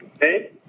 Hey